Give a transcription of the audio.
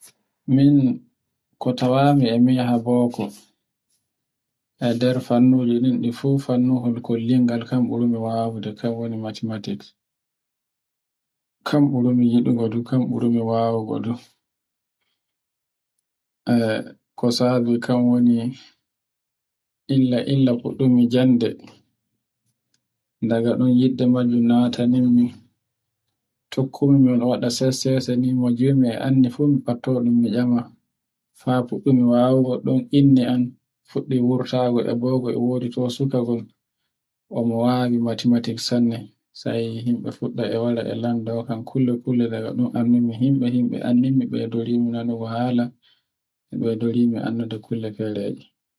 Min ko tawan mi e miyaha boko e nder fannuji ɗi ɗifu fannuhol kol lilngal kan ɓuri wawugo kan woni Mathematics. Kan ɓuri mi yiɗigu fu, kan ɓurumi wawugo. E ko sabi kan woni illa illa fuɗɗumi jande. Daga ɗon yidde majji nati mi, tokkonmi mi waɗa sese sese ni mu jimmi fu mi ɓatto ɗum mi ncama. fa faɗɗumi wawugo ɗon innde am, fuɗɗi wurtago e bofi am ko suka on e mo wawi Mathematics sanne. sai himɓe fuɗɗa e wara e lando kulle kulle daga ɗon anndumi himɓe himɓe anndormi ɓeydori mi nanugo hala e ɓeydari me anndu de fereji.